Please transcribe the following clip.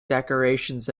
decorations